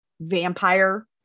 vampire